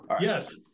Yes